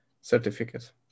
certificate